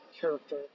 character